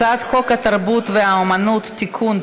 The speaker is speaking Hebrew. הצעת חוק התרבות והאומנות (תיקון,